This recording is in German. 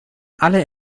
alle